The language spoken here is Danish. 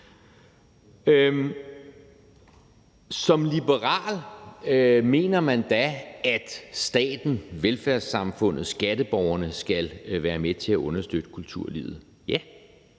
Som liberal mener man så, at staten, velfærdssamfundet, skatteborgerne skal være med til at understøtte kulturlivet? Ja,